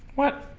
what